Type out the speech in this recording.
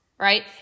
Right